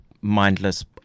mindless